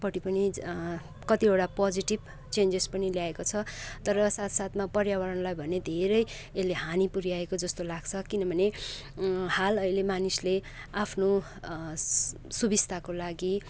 पट्टि पनि कतिवटा पजेटिभ चेन्जेस पनि ल्याएको छ तर साथसाथमा पर्यावरणलाई भने धेरै यसले हानी पुऱ्याएको जस्तो लाग्छ किनभने हाल अहिले मानिसले आफ्नो सुविस्ताको लागि